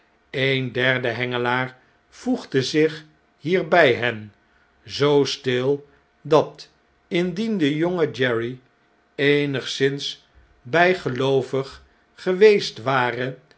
een eenzamen weg eenderde hengelaar voegde zich hier by hen zoo stil dat indien de jonge jerry eenigszins bijgeloovig geweest ware